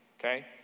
okay